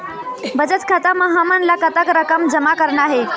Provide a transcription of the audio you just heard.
बचत खाता म हमन ला कतक रकम जमा करना हे?